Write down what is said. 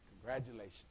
Congratulations